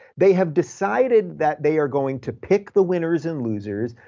they have decided that they are going to pick the winners and losers,